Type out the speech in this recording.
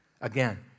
again